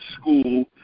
school